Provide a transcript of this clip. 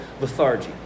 lethargy